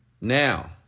Now